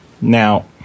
Now